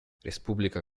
республика